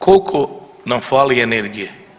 Koliko nam fali energije?